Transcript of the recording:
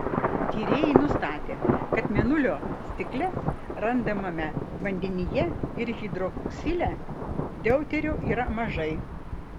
tyrėjai nustatė kad mėnulio stikle randamame vandenyje ir hidroksile deuterio yra mažai